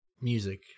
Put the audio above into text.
music